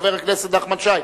חבר הכנסת נחמן שי.